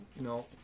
no